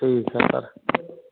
ठीक है सर